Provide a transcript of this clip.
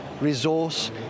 resource